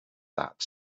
that